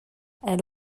elle